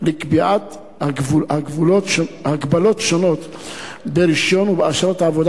לקביעת הגבלות שונות ברשיון ובאשרת העבודה